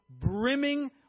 brimming